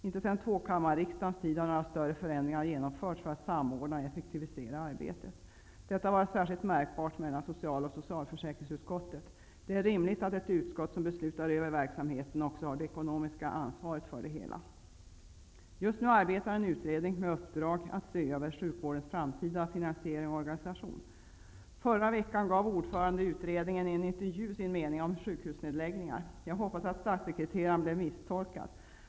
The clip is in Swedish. Inte sedan tvåkammarriksdagens tid har några större förändringar genomförts för att samordna och effektivisera arbetet. Detta har varit särskilt märkbart mellan social och socialförsäkringsutskotten. Det är rimligt att ett utskott som beslutar över verksamheten också har det ekonomiska ansvaret för det hela. Just nu arbetar en utredning med uppdrag att se över sjukvårdens framtida finansiering och organisation. Förra veckan gav ordföranden i utredningen i en intervju sin mening om sjukhusnedläggningar. Jag hoppas att statsekreteraren blev misstolkad.